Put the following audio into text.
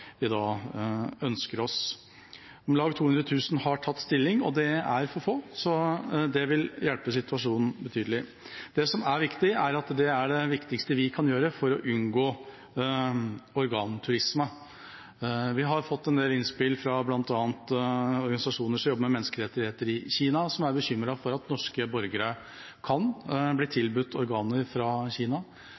tenker da spesielt på pasientjournalen, at det f.eks. er mulig å krysse av for et «ja» der, uten at komiteen er helt konkret på hvilket elektronisk eller digitalt samtykke til organdonasjon som vi ønsker oss. Om lag 200 000 har tatt stilling. Det er for få, så det vil hjelpe situasjonen betydelig. Det er det viktigste vi kan gjøre for å unngå organturisme. Vi har fått en del innspill fra bl.a. organisasjoner som jobber med menneskerettigheter